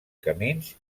camins